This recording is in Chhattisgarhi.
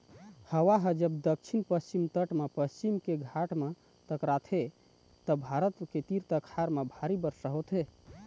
हवा ह जब दक्छिन पस्चिम तट म पश्चिम के घाट म टकराथे त भारत के तीर तखार म भारी बरसा होथे